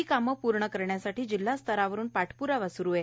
ही कामे पूर्ण करण्यासाठी जिल्हास्तरावरून पाठपुरावा सुरू आहे